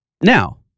Now